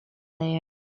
there